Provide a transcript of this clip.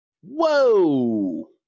Whoa